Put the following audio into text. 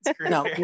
No